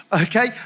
okay